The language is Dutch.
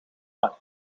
haar